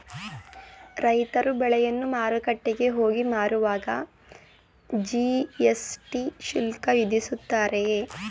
ರೈತರು ಬೆಳೆಯನ್ನು ಮಾರುಕಟ್ಟೆಗೆ ಹೋಗಿ ಮಾರುವಾಗ ಜಿ.ಎಸ್.ಟಿ ಶುಲ್ಕ ವಿಧಿಸುತ್ತಾರೆಯೇ?